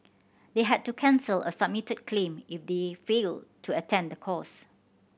they had to cancel a submitted claim if they failed to attend the course